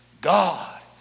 God